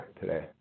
today